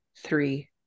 three